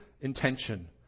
intention